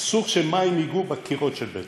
אסור שמים יגעו בקירות של בית-הכנסת.